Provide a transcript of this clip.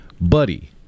Buddy